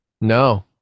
No